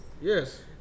Yes